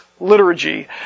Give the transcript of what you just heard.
Liturgy